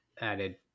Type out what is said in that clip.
added